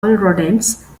rodents